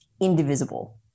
indivisible